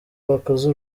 bakoze